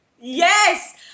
Yes